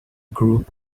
group